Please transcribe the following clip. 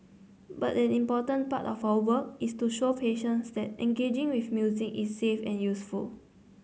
but an important part of our work is to show patients that engaging with music is safe and useful